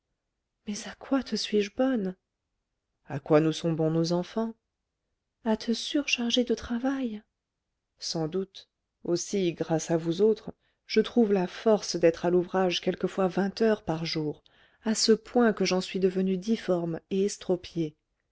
mais à quoi te suis-je bonne à quoi nous sont bons nos enfants à te surcharger de travail sans doute aussi grâce à vous autres je trouve la force d'être à l'ouvrage quelquefois vingt heures par jour à ce point que j'en suis devenu difforme et estropié